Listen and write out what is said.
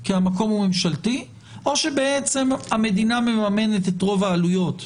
כי המקום הוא ממשלתי או שבעצם המדינה מממנת את רוב העלויות.